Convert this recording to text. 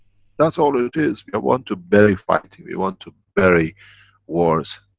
that's all it is. we want to bury fighting, we want to bury wars.